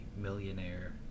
millionaire